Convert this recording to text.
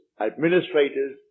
administrators